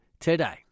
today